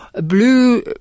blue